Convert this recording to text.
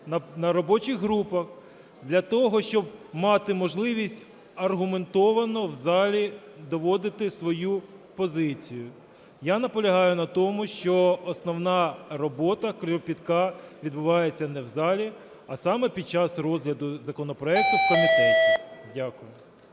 на робочих групах для того, щоб мати можливість аргументовано в залі доводити свою позицію. Я наполягаю на тому, що основна робота кропітка відбувається не в залі, а саме під час розгляду законопроекту в комітеті. Дякую.